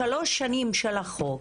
שלוש שנים של החוק,